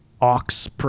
Ox